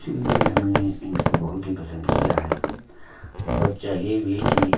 इसीलिए हमने इनको बहुत ही पसंद किया है और चाहिए भी कि